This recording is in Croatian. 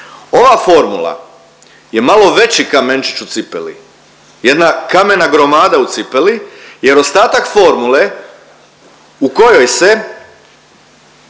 Ova formula je malo veći kamenčić u cipeli, jedna kamena gromada u cipeli jer ostatak formule u kojoj se